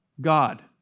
God